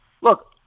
look